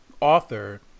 author